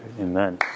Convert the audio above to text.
Amen